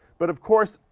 but, of course,